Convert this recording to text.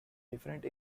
different